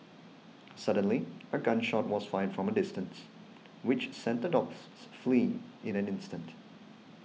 suddenly a gun shot was fired from a distance which sent the dogs fleeing in an instant